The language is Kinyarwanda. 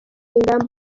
ingamba